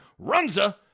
Runza